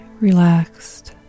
relaxed